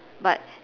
but